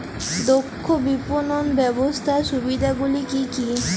দক্ষ বিপণন ব্যবস্থার সুবিধাগুলি কি কি?